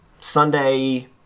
Sunday